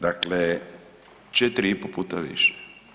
Dakle, 4,5 puta više.